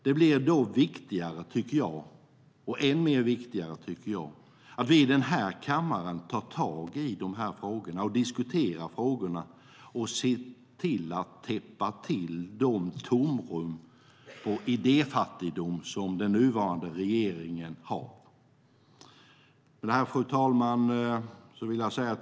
Det blir då än mer viktigt att vi i denna kammare tar tag i och diskuterar dessa frågor och ser till att täppa till de tomrum och den idéfattigdom som den nuvarande regeringen har. Fru talman!